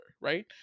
right